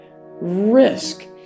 risk